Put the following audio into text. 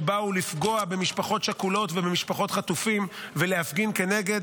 שבאו לפגוע במשפחות שכולות ובמשפחות חטופים ולהפגין כנגד.